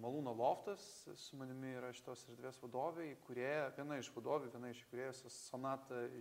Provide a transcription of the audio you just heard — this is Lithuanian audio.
malūno loftas su manimi yra šitos erdvės vadovė įkūrėja viena iš vadovių viena iš įkūrėjų s sonata ž